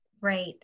Right